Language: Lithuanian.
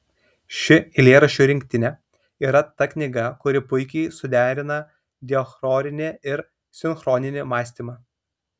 ši eilėraščių rinktinė yra ta knyga kuri puikiai suderina diachroninį ir sinchroninį mąstymą